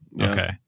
Okay